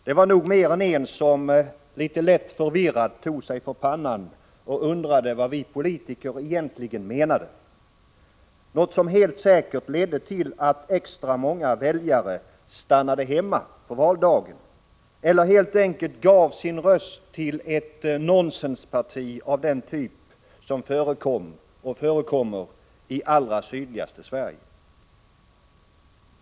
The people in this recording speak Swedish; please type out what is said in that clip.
Det var nog mer än en som lätt förvirrad tog sig för pannan och undrade vad vi politiker egentligen menade — något som helt säkert ledde till att extra många väljare stannade hemma på valdagen eller helt enkelt gav sin röst till ett nonsensparti av den typ som förekom och förekommer i allra sydligaste Sverige.